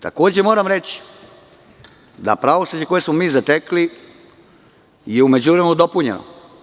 Takođe moram reći da pravosuđe koje smo mi zatekli je u međuvremenu dopunjeno.